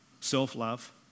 self-love